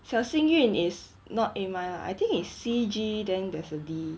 小幸运 is not a min lah I think is C G then there's a D